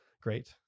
great